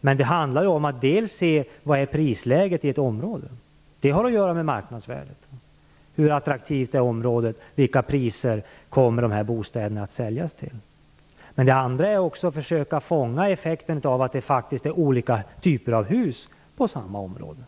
Men det handlar om att se till prisläget i ett område, för det har att göra med marknadsvärdet. Hur attraktivt är området? Vilka priser kommer de här bostäderna att säljas till? Det gäller också att försöka fånga effekten av att det faktiskt finns olika typer av hus i samma område.